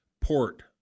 port